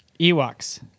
Ewoks